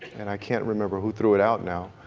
and i can't remember who threw it out now.